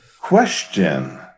Question